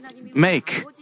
make